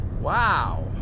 Wow